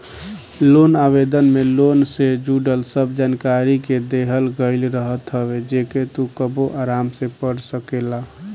loan आवेदन में loan से जुड़ल सब जानकरी के देहल गईल रहत हवे जेके तू कबो आराम से पढ़ सकेला